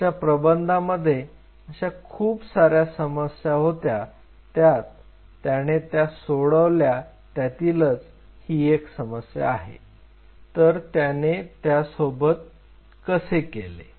त्याच्या प्रबंधामध्ये असे खूप साऱ्या समस्या होत्या ज्यात त्याने त्या सोडवल्या त्यातीलच ही एक समस्या आहे तर त्याने त्यासोबत कसे केले